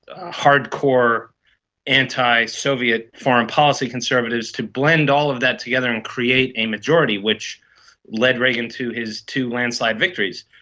hardcore anti-soviet foreign policy conservatives to blend all of that together and create a majority which led reagan to his two landslide victories.